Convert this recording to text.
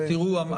תראו,